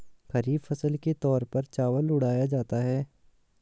खरीफ फसल के तौर पर चावल उड़ाया जाता है